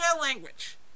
language